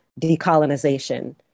decolonization